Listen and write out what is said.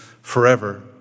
forever